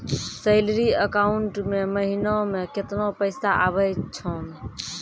Salary account मे महिना मे केतना पैसा आवै छौन?